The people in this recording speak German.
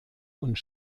und